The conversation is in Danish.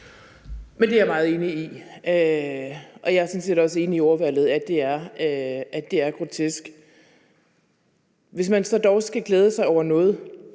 Men det er jeg meget enig i, og jeg er sådan set også enig i ordvalget, altså at det er grotesk. Hvis man så dog skal glæde sig over noget